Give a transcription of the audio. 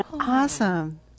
Awesome